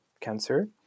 cancer